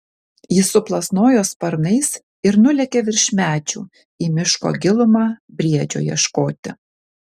jis suplasnojo sparnais ir nulėkė virš medžių į miško gilumą briedžio ieškoti